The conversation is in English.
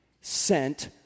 sent